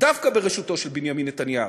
דווקא בראשותו של בנימין נתניהו,